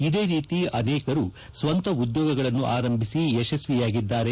ಇದೇ ರೀತಿ ಅನೇಕರು ಸ್ವಂತ ಉದ್ಯೋಗಗಳನ್ನು ಆರಂಭಿಸಿ ಯಶಸ್ವಿಯಾಗಿದ್ದಾರೆ